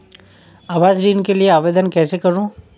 आवास ऋण के लिए आवेदन कैसे करुँ?